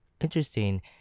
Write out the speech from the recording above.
interesting